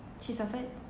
she suffered